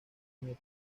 nietos